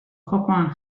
jokoan